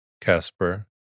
Casper